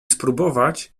spróbować